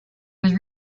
was